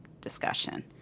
discussion